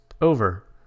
over